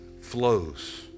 flows